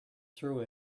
through